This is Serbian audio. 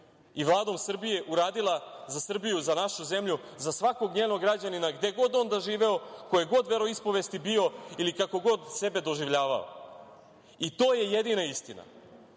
i Vladom Srbije uradila za Srbiju, za našu zemlju, za svakog njenog građanina, gde god on živeo, koje god veroispovesti bio ili kako god sebe doživljavao. To je jedina istina. Tako